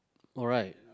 alright